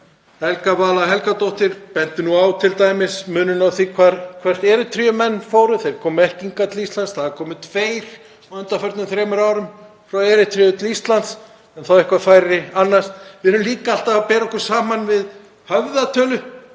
Helga Vala Helgadóttir benti á t.d. muninn á því hvert Erítreumenn fóru. Þeir komu ekki hingað til Íslands, það hafa komið tveir á undanförnum þremur árum frá Erítreu til Íslands en þó eitthvað færri annars. Við erum líka alltaf að bera okkur saman við höfðatölu,